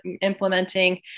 implementing